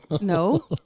No